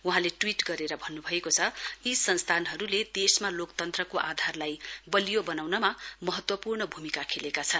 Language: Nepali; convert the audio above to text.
वहाँले ट्वीट गरेर भन्नुभएको छ यी संस्थानहरू देशमा लोकतन्त्रको आधारलाई बलियो बनाउनमा महत्त्वपूणर् भूमिका खेलेका छन्